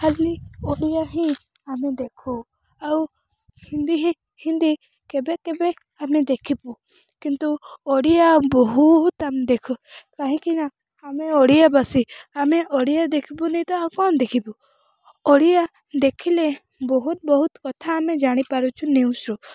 ଖାଲି ଓଡ଼ିଆ ହିଁ ଆମେ ଦେଖୁ ଆଉ ହିନ୍ଦୀ ହିଁ ହିନ୍ଦୀ କେବେ କେବେ ଆମେ ଦେଖିବୁ କିନ୍ତୁ ଓଡ଼ିଆ ବହୁତ ଆମ ଦେଖୁ କାହିଁକିନା ଆମେ ଓଡ଼ିଆବାସୀ ଆମେ ଓଡ଼ିଆ ଦେଖିବୁନି ତ ଆଉ କ'ଣ ଦେଖିବୁ ଓଡ଼ିଆ ଦେଖିଲେ ବହୁତ ବହୁତ କଥା ଆମେ ଜାଣି ପାରୁଛୁ ନିୟୁଜ ରୁ